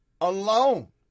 alone